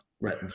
right